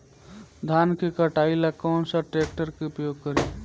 धान के कटाई ला कौन सा ट्रैक्टर के उपयोग करी?